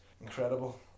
incredible